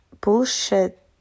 bullshit